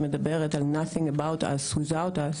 מדברת על ״Nothing About Us Whithout Us״,